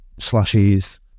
slashies